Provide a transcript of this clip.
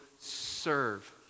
serve